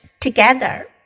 together